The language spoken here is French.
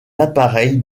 appareil